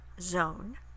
zone